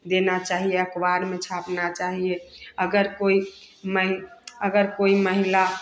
देना चाहिए अख़बार में छापना चाहिए अगर कोई महि अगर कोई महिला